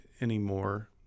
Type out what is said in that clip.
anymore